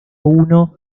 uno